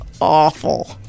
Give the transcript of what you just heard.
awful